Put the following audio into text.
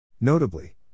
Notably